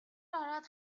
ороод